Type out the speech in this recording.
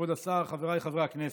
כבוד השר, חבריי חברי הכנסת,